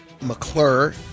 McClure